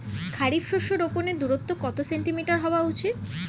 খারিফ শস্য রোপনের দূরত্ব কত সেন্টিমিটার হওয়া উচিৎ?